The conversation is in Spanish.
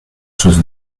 sus